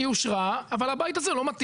היא אושרה אבל הבית הזה לא מתאים.